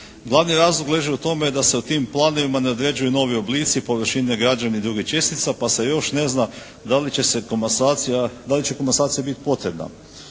Glavni razlog leži u tome da se u tim planovima ne određuju novi oblici površine građevnih i drugih čestica, pa se još ne zna da li će komasacija biti potrebna.